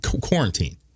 quarantine